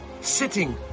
sitting